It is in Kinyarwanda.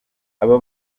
aba